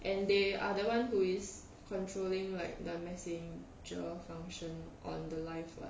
and they are the [one] who is controlling like the messenger function on the live lah